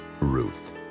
Ruth